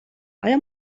آیا